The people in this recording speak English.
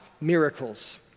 miracles